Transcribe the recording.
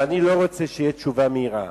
ואני לא רוצה שתהיה תשובה מיראה,